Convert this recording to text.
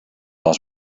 les